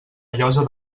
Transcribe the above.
llosa